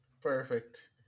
Perfect